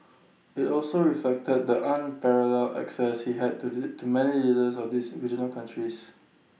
IT also reflected the unparalleled access he had to do to many leaders of these regional countries